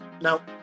Now